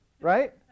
right